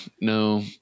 no